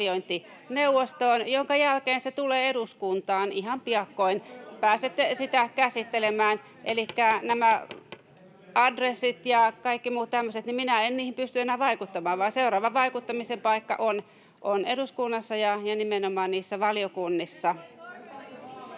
arviointineuvostoon, minkä jälkeen se tulee eduskuntaan. Ihan piakkoin pääsette sitä käsittelemään. [Välihuutoja — Puhemies koputtaa] Elikkä nämä adressit ja kaikki muut tämmöiset — minä en niihin pysty enää vaikuttamaan, vaan seuraava vaikuttamisen paikka on eduskunnassa ja nimenomaan valiokunnissa.